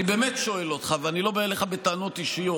אני באמת שואל אותך ואני לא בא אליך בטענות אישיות,